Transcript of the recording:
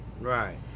Right